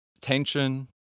tension